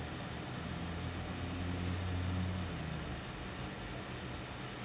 mm ya